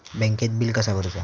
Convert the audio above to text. बँकेत बिल कसा भरुचा?